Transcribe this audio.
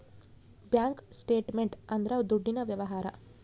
bank statement ಅಂದ್ರ ದುಡ್ಡಿನ ವ್ಯವಹಾರ